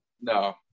No